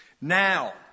Now